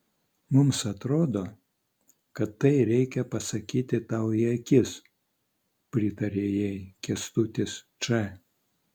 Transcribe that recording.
mums atrodo kad tai reikia pasakyti tau į akis pritarė jai kęstutis č